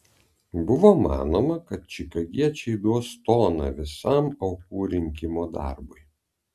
buvo manoma kad čikagiečiai duos toną visam aukų rinkimo darbui